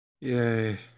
Yay